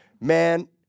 Man